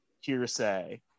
hearsay